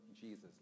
Jesus